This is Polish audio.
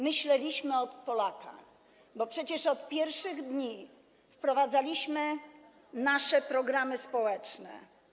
myśleliśmy o Polakach, bo przecież od pierwszych dni wprowadzaliśmy nasze programy społeczne.